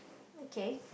okay